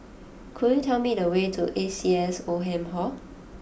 could you tell me the way to A C S Oldham Hall